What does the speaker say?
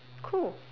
cool